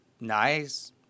nice